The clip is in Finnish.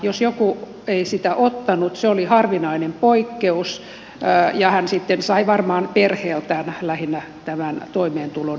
jos joku ei sitä ottanut se oli harvinainen poikkeus ja hän sitten varmaan sai lähinnä perheeltään tämän toimeentulon itselleen